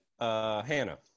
Hannah